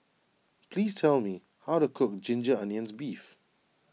please tell me how to cook Ginger Onions Beef